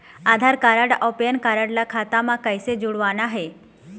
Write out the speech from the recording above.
आधार card अऊ PAN card ला खाता म कइसे जोड़वाना हे?